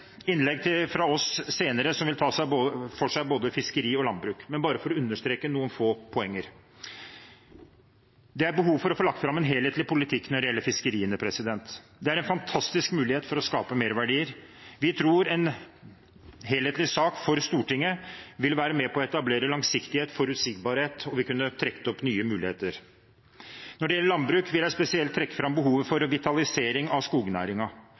innlegg fra oss senere som vil ta for seg både fiskeri og landbruk, men la meg bare få understreke noen få poenger. Det er behov for å få lagt fram en helhetlig politikk når det gjelder fiskeriene. Det er en fantastisk mulighet til å skape merverdier. Vi tror en helhetlig sak for Stortinget vil være med på å etablere langsiktighet og forutsigbarhet, og vi kunne trukket opp nye muligheter. Når det gjelder landbruk, vil jeg spesielt trekke fram behovet for vitalisering av